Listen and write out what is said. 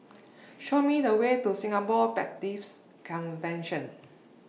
Show Me The Way to Singapore Baptist Convention